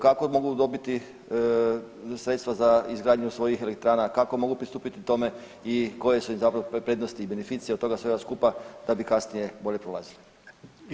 Kako mogu dobiti sredstva za izgradnju svojih elektrana, kako mogu pristupiti tome i koje su im zapravo prednosti i beneficije od toga svega skupa da bi kasnije bolje prolazili?